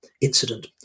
incident